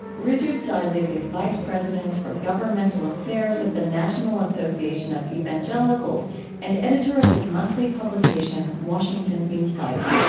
richard cizik is vice president for governmental affairs of the national association of evangelicals and editor of its monthly publication, washington insight.